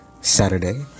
Saturday